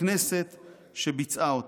לכנסת שביצעה אותם.